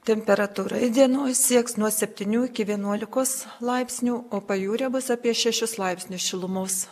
temperatūra įdienojus sieks nuo septynių iki vienuolikos laipsnių o pajūryje bus apie šešis laipsnius šilumos